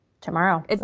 tomorrow